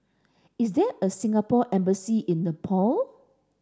is there a Singapore embassy in Nepal